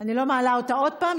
אני לא מעלה אותה עוד פעם,